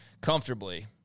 Comfortably